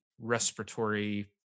respiratory